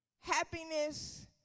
Happiness